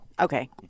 Okay